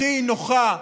הכי נוחה,